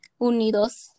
Unidos